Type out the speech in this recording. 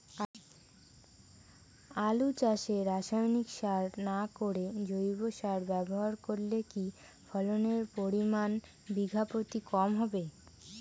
আলু চাষে রাসায়নিক সার না করে জৈব সার ব্যবহার করলে কি ফলনের পরিমান বিঘা প্রতি কম হবে?